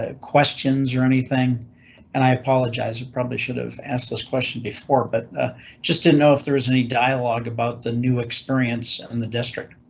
ah questions or anything and i apologize. it probably should have asked this question before, but just to know if there is any dialogue about the new experience in the district.